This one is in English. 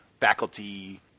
faculty